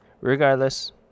regardless